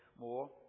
more